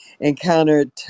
encountered